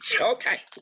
Okay